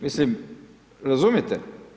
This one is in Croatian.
Mislim, razumijete?